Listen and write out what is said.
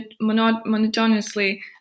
monotonously